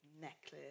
necklace